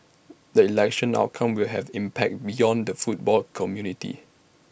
the election outcome will have impact beyond the football community